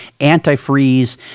antifreeze